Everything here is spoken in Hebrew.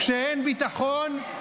כשאין ביטחון,